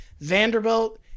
Vanderbilt